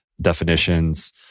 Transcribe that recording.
definitions